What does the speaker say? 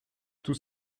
tout